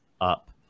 up